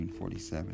1947